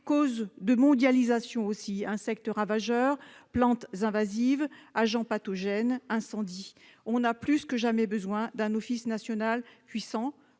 et mondialisation obligent : insectes ravageurs, plantes invasives, agents pathogènes, incendies ... Nous avons plus que jamais besoin d'un Office national puissant,